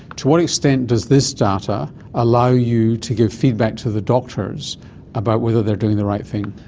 to what extent does this data allow you to give feedback to the doctors about whether they are doing the right thing?